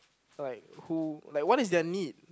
like who like what is their need